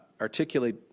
articulate